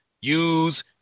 use